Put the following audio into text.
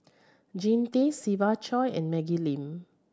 Jean Tay Siva Choy and Maggie Lim